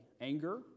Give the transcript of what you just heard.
anger